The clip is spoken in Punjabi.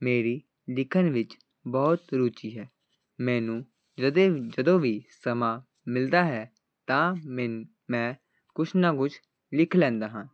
ਮੇਰੀ ਲਿਖਣ ਵਿੱਚ ਬਹੁਤ ਰੁਚੀ ਹੈ ਮੈਨੂੰ ਜਦੇ ਜਦੋਂ ਵੀ ਸਮਾਂ ਮਿਲਦਾ ਹੈ ਤਾਂ ਮਿਨ ਮੈਂ ਕੁਛ ਨਾ ਕੁਛ ਲਿਖ ਲੈਂਦਾ ਹਾਂ